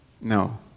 No